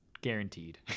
guaranteed